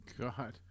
God